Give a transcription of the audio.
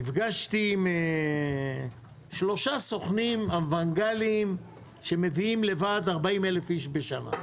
נפגשתי עם שלושה סוכנים אנוונגליים שמביאים לבד 40,000 איש בשנה.